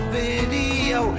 video